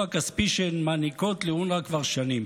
הכספי שהן מעניקות לאונר"א כבר שנים.